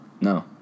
No